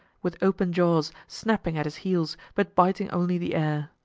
with open jaws, snapping at his heels, but biting only the air.